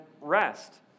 rest